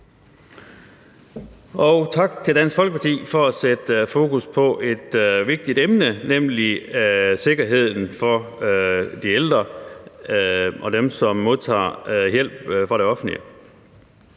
og tak til Dansk Folkeparti for at sætte fokus på et vigtigt emne, nemlig sikkerheden for de ældre og for dem, der modtager hjælp fra det offentlige.